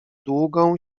długą